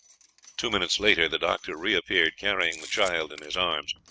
two minutes later the doctor reappeared, carrying the child in his arms.